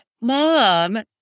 mom